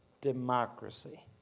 democracy